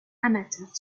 amateur